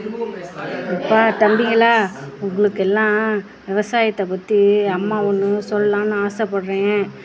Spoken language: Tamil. அப்பா தம்பிகளா உங்களுக்கெல்லாம் விவசாயத்த பற்றி அம்மா ஒன்று சொல்லலாம்னு ஆசைப்பட்றேன்